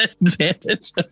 advantage